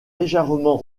légèrement